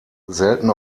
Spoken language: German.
selten